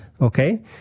okay